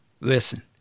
Listen